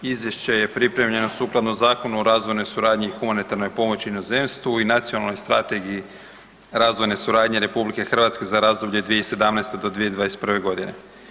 Izvješće je pripremljeno sukladno Zakonu o razvojnoj suradnji i humanitarnoj pomoći inozemstvu i Nacionalnoj strategiji razvojne suradnje RH za razdoblje od 2017. do 2021. godine.